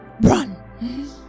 run